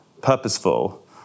purposeful